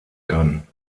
kann